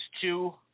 two